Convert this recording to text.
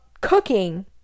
cooking